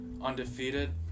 undefeated